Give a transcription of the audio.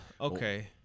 Okay